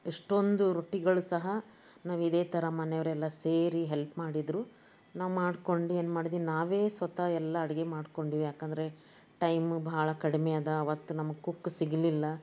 ಇಷ್ಟೊಂದು ರೊಟ್ಟಿಗಳು ಸಹ ನಾವು ಇದೇ ಥರ ಮನೆಯವರೆಲ್ಲ ಸೇರಿ ಹೆಲ್ಪ್ ಮಾಡಿದರು ನಾವು ಮಾಡ್ಕೊಂಡು ಏನ್ಮಾಡಿದ್ವಿ ನಾವೇ ಸ್ವತಃ ಎಲ್ಲ ಅಡುಗೆ ಮಾಡ್ಕೊಂಡೀವಿ ಯಾಕೆಂದ್ರೆ ಟೈಮು ಬಹಳ ಕಡಿಮೆ ಅದ ಆವತ್ತು ನಮಗೆ ಕುಕ್ ಸಿಗಲಿಲ್ಲ